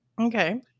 Okay